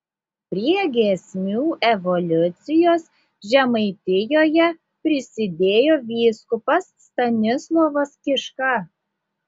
prie giesmių evoliucijos žemaitijoje prisidėjo vyskupas stanislovas kiška